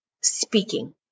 speaking